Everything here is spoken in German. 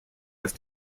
dass